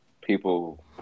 people